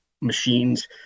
machines